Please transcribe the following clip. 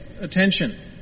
attention